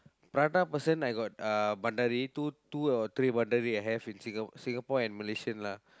prata person I got uh pandari two two or three pandari I have in Singapore and Malaysian lah